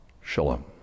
Shalom